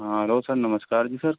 हाँ hello sir नमस्कार ji sir